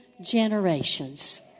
generations